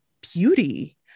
beauty